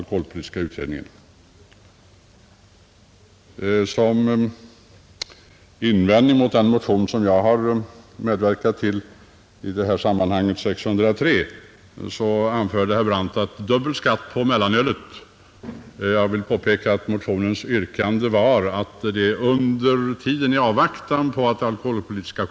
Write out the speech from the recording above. Som invändning mot motionen 603, som jag har medverkat till, anförde herr Brandt att dubbel skatt på mellanölet skulle innebära högre skatt än skatten på starkare alkoholdrycker.